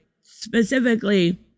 specifically